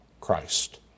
Christ